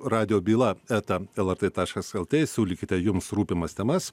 radijo byla eta lrt taškas lt siūlykite jums rūpimas temas